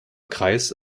kreis